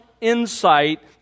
insight